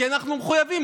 כי אנחנו מחויבים,